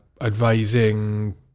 Advising